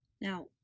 Now